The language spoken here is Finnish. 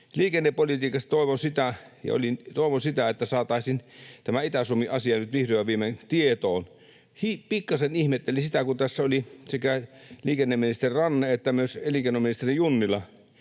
Liikennepolitiikasta toivon sitä, että saataisiin tämä Itä-Suomi-asia nyt vihdoin ja viimein tietoon. Pikkasen ihmettelin sitä, että kun tässä olivat sekä liikenneministeri Ranne että elinkeinoministeri Junnila